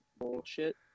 bullshit